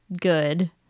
good